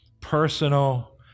personal